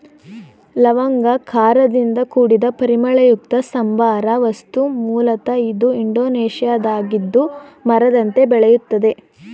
ಲವಂಗ ಖಾರದಿಂದ ಕೂಡಿದ ಪರಿಮಳಯುಕ್ತ ಸಾಂಬಾರ ವಸ್ತು ಮೂಲತ ಇದು ಇಂಡೋನೇಷ್ಯಾದ್ದಾಗಿದ್ದು ಮರದಂತೆ ಬೆಳೆಯುತ್ತದೆ